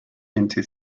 into